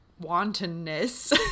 wantonness